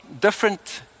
different